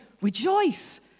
Rejoice